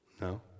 No